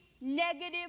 negative